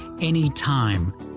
anytime